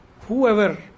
Whoever